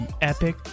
epic